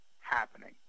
happening